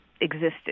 existed